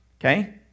Okay